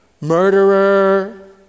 murderer